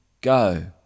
Go